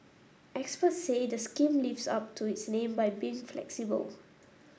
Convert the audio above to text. experts say the scheme lives up to its name by being flexible